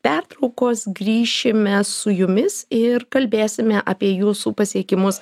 pertraukos grįšime su jumis ir kalbėsime apie jūsų pasiekimus